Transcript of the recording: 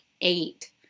eight